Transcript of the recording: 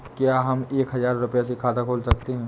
क्या हम एक हजार रुपये से खाता खोल सकते हैं?